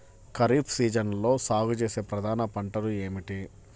ఖరీఫ్ సీజన్లో సాగుచేసే ప్రధాన పంటలు ఏమిటీ?